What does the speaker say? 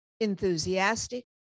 Enthusiastic